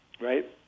right